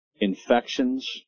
infections